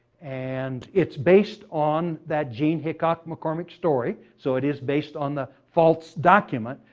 and it's based on that jean hickok mccormick story, so it is based on the false document,